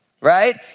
right